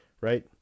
right